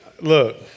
look